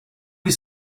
his